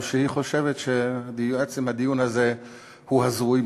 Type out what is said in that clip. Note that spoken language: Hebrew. או שהיא חושבת שעצם הדיון הזה הוא הזוי,